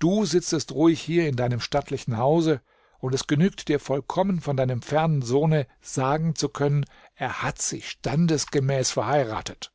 du sitzest ruhig hier in deinem stattlichen hause und es genügt dir vollkommen von deinem fernen sohne sagen zu können er hat sich standesgemäß verheiratet